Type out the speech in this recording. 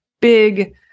big